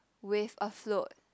with a float